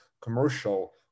commercial